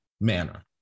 manner